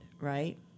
right